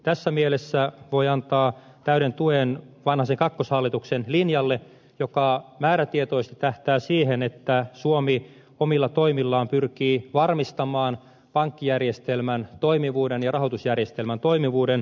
tässä mielessä voi antaa täyden tuen vanhasen kakkoshallituksen linjalle joka määrätietoisesti tähtää siihen että suomi omilla toimillaan pyrkii varmistamaan pankkijärjestelmän toimivuuden ja rahoitusjärjestelmän toimivuuden